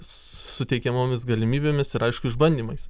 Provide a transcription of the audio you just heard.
suteikiamomis galimybėmis ir aišku išbandymais